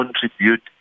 contribute